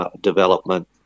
development